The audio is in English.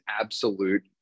absolute